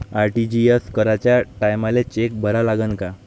RTGS कराच्या टायमाले cheque भरा लागन का?